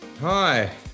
Hi